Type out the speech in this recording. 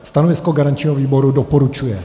Stanovisko garančního výboru: doporučuje.